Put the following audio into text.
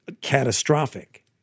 catastrophic